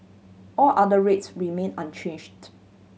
all other rates remain unchanged